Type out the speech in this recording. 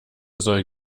soll